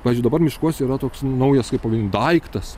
pavyzdžiui dabar miškuose yra toks naujas kaip pavadint daiktas